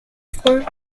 front